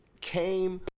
came